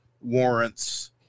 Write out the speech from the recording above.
warrants